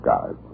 God